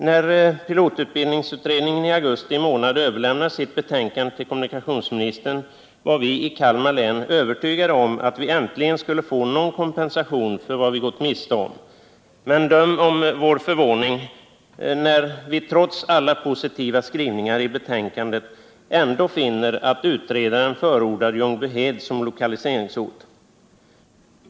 När pilotutbildningsutredningen i augusti månad överlämnade sitt betänkande till kommunikationsministern var vi i Kalmar län övertygade om att vi äntligen skulle få någon kompensation för vad vi gått miste om. Men döm om vår förvåning när vi trots alla positiva skrivningar i betänkandet ändå finner att utredaren förordar Ljungbyhed som lokaliseringsort!